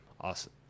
awesome